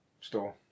store